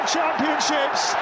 Championships